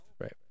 Right